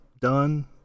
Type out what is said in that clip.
done